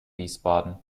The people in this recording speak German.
wiesbaden